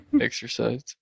exercise